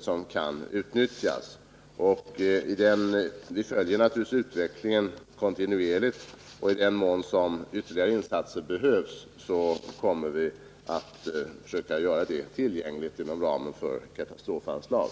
som kan utnyttjas. Vi följer naturligtvis kontinuerligt utvecklingen, och i den mån ytterligare insatser behövs kommer vi att försöka göra dessa tillgängliga inom ramen för katastrofanslag.